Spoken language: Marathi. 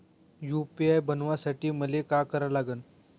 यू.पी.आय बनवासाठी मले काय करा लागन?